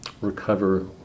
recover